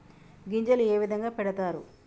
గింజలు ఏ విధంగా పెడతారు?